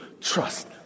trust